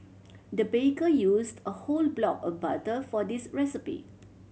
the baker used a whole block of butter for this recipe